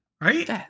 Right